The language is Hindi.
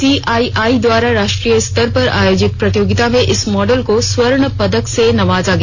सीआईआई द्वारा राष्ट्रीय स्तर पर आयोजित प्रतियोगिता में इस मॉडल को स्वर्ण पदक से नवाजा गया